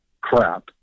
crap